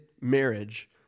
marriage